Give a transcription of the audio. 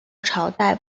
朝代